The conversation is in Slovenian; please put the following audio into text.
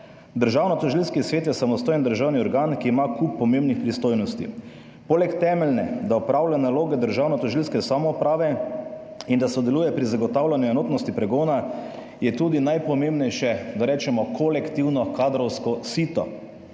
Državnotožilski svet je samostojen državni organ, ki ima kup pomembnih pristojnosti. Poleg temeljne, da opravlja naloge državnotožilske samouprave in da sodeluje pri zagotavljanju enotnosti pregona, je tudi najpomembnejše kolektivno kadrovsko sito.